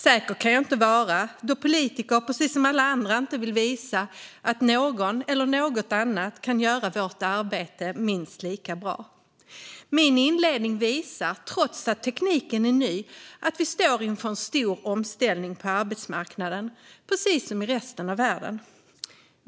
Säker kan jag inte vara, då politiker precis som alla andra inte vill visa att någon eller något annat kan göra vårt jobb minst lika bra. Min inledning visar, trots att tekniken är ny, att vi står inför en stor omställning på arbetsmarknaden, precis som i resten av världen.